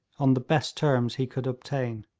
on the best terms he could obtain.